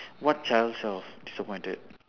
what child self disappointed